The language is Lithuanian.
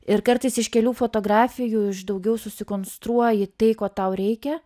ir kartais iš kelių fotografijų iš daugiau susikonstruoji tai ko tau reikia